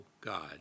God